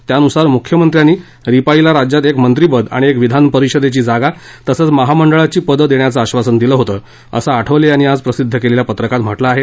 त्यानुसार मुख्यमंत्री देवेंद्र फडणवीस यांनी रिपाइला राज्यात एक मंत्रिपद आणि एक विधान परिषदेची जागा तसंच महामंडळाची पदं देण्याचे आश्वासन दिलं होतं असं आठवले यांनी आज प्रसिद्ध केलेल्या पत्रकात म्हटले आहे